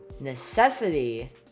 necessity